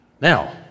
Now